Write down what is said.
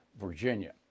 Virginia